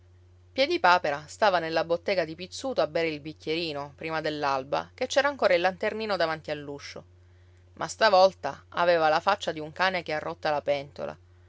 pancia piedipapera stava nella bottega di pizzuto a bere il bicchierino prima dell'alba che c'era ancora il lanternino davanti all'uscio ma stavolta aveva la faccia di un cane che ha rotta la pentola